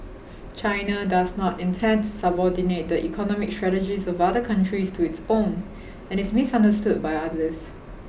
China does not intend to subordinate the economic strategies of other countries to its own and is misunderstood by others